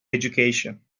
education